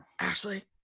Ashley